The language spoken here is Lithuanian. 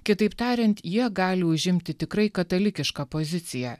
kitaip tariant jie gali užimti tikrai katalikišką poziciją